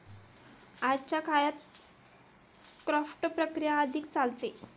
आजच्या काळात क्राफ्ट प्रक्रिया अधिक चालते